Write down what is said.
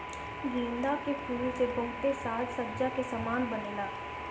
गेंदा के फूल से बहुते साज सज्जा के समान बनेला